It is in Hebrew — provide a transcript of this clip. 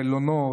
מלונות,